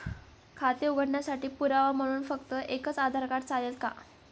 खाते उघडण्यासाठी पुरावा म्हणून फक्त एकच आधार कार्ड चालेल का?